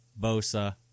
Bosa